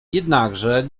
jednakże